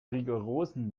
rigorosen